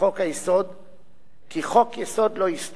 כי חוק-יסוד לא יסתור הוראה בחוק-יסוד אחר,